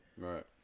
Right